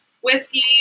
whiskey